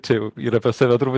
čia jau yra apie save turbūt